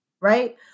right